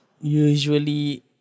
usually